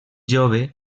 jove